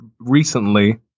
recently